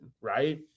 right